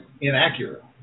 inaccurate